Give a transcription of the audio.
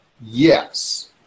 Yes